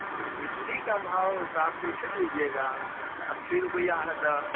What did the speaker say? हाँ भिंडी का भाव तो आप कैसे लीजिएगा तो स अस्सी रुपये है तो